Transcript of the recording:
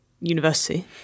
university